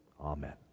Amen